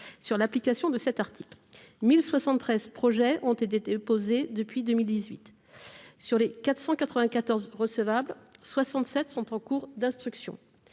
sur l'application de cet article. Quelque 1 073 projets ont été déposés depuis 2018. Sur les 494 dossiers recevables, 67 sont en cours d'instruction